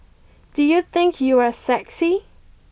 do you think you are sexy